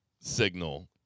signal